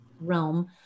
realm